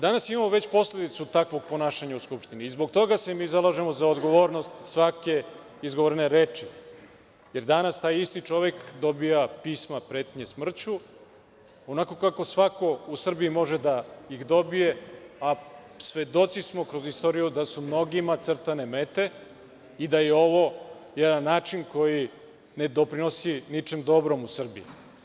Danas već imamo posledicu takvog ponašanja u Skupštini i zbog toga se mi zalažemo za odgovornost svake izgovorene reči, jer danas taj isti čovek dobija pisma pretnje smrću, onako kako svako u Srbiji može da ih dobije, a svedoci smo kroz istoriju da su mnogima crtane mete i da je ovo jedan način koji ne doprinosi ničem dobrom u Srbiji.